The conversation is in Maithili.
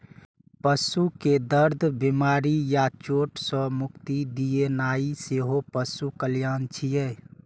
पशु कें दर्द, बीमारी या चोट सं मुक्ति दियेनाइ सेहो पशु कल्याण छियै